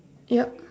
yup